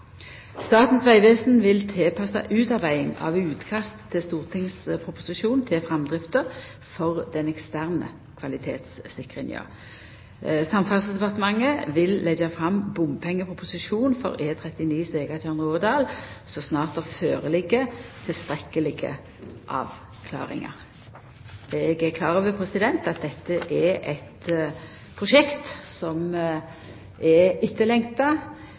Statens vegvesen vil tilpassa utarbeiding av utkast til stortingsproposisjon til framdrifta for den eksterne kvalitetssikringa. Samferdselsdepartementet vil leggja fram bompengeproposisjonen for E39 Svegatjørn–Rådal så snart det ligg føre tilstrekkelege avklaringar. Eg er klar over at dette er eit prosjekt som er etterlengta.